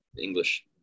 English